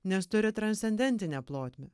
nes turi transcendentinę plotmę